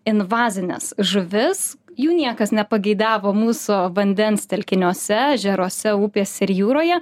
invazines žuvis jų niekas nepageidavo mūsų vandens telkiniuose ežeruose upėse ir jūroje